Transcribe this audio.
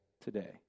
today